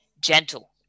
gentle